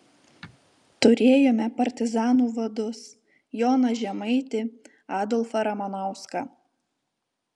turėjome partizanų vadus joną žemaitį adolfą ramanauską